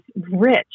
rich